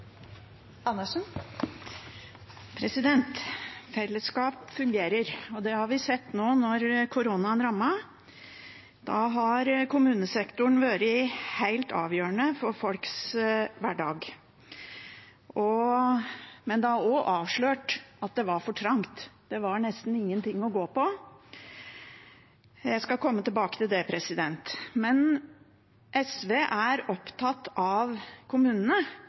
Fellesskap fungerer. Det har vi sett nå når koronaen rammet. Kommunesektoren har vært helt avgjørende for folks hverdag, men det har også avslørt at det var for trangt. Det var nesten ingenting å gå på. Jeg skal komme tilbake til det. SV er opptatt av kommunene,